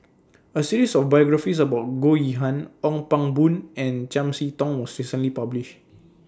A series of biographies about Goh Yihan Ong Pang Boon and Chiam See Tong was recently published